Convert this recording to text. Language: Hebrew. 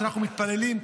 שאנחנו מתפללים,